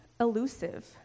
elusive